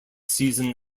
season